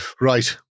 Right